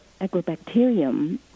agrobacterium